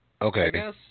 Okay